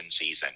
season